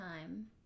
time